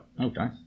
Okay